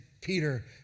Peter